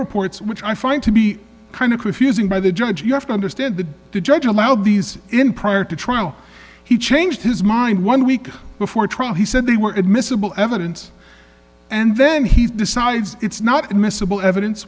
reports which i find to be kind of confusing by the judge you have to understand the judge allowed these in prior to trial he changed his mind one week before trial he said they were admissible evidence and then he decides it's not admissible evidence